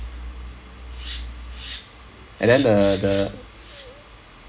and then the the